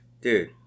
Dude